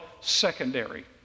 secondary